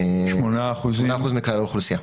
8% מכלל האוכלוסייה.